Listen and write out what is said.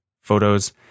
photos